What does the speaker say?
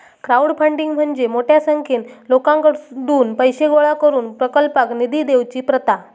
crowdfunding म्हणजे मोठ्या संख्येन लोकांकडुन पैशे गोळा करून प्रकल्पाक निधी देवची प्रथा